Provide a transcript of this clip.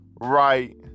right